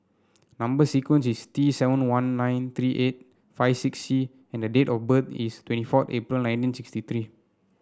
number sequence is T seven one nine three eight five six C and date of birth is twenty four April nineteen sixty three